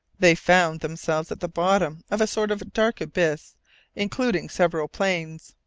they found themselves at the bottom of a sort of dark abyss including several planes,